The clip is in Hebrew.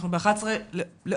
אנחנו ב-11 באוגוסט,